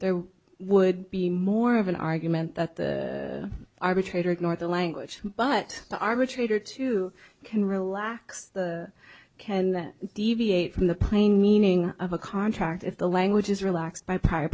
there would be more of an argument that the arbitrator ignore the language but the arbitrator too can relax can that deviate from the plain meaning of a contract if the language is relaxed by prior